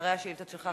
אחרי השאילתות שלך,